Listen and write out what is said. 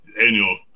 annual